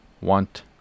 want